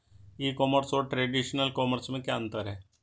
ई commerce और traditional commerce में क्या अंतर है?